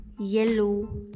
yellow